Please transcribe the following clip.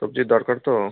সবজির দরকার তো